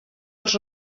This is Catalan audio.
els